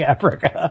Africa